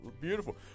beautiful